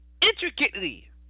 intricately